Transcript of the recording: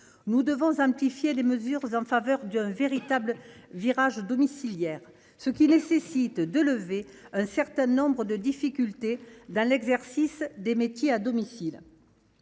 nous devons amplifier les mesures en faveur d’un véritable virage domiciliaire. Cela suppose de lever un certain nombre de difficultés dans l’exercice des métiers à domicile.